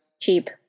cheap